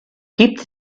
gibt